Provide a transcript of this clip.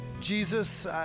Jesus